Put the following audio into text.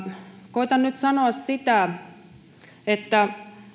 koetan nyt sanoa että